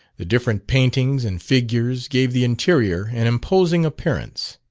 the different paintings and figures, gave the interior an imposing appearance.